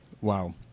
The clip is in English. Wow